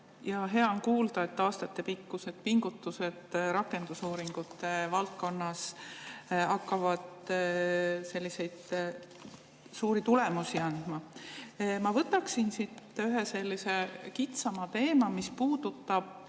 Hea on kuulda, et aastatepikkused pingutused rakendusuuringute valdkonnas hakkavad selliseid suuri tulemusi andma. Ma võtaksin siit ühe sellise kitsama teema, mis puudutab